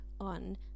on